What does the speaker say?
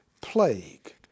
Plague